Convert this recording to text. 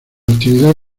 actividad